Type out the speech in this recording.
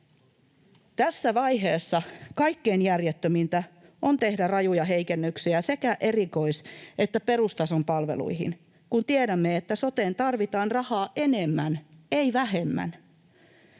Tässä vaiheessa kaikkein järjettömintä on tehdä rajuja heikennyksiä sekä erikois- että perustason palveluihin, kun tiedämme, että soteen tarvitaan rahaa enemmän, ei vähemmän.